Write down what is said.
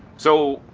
so